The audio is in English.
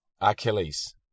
Achilles